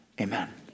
Amen